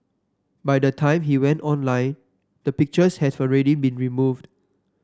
by the time he went online the pictures had been removed